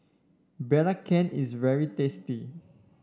belacan is very tasty